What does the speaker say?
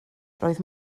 roedd